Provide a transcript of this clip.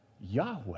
Yahweh